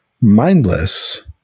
mindless